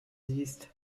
siehst